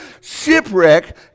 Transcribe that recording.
shipwreck